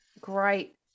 great